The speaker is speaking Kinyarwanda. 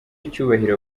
cyubahiro